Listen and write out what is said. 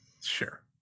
Sure